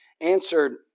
answered